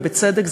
ובצדק,